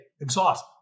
exhaust